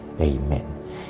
Amen